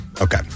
Okay